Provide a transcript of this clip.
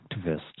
activist